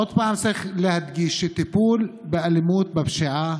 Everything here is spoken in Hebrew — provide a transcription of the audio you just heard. עוד פעם, צריך להדגיש שטיפול באלימות, בפשיעה,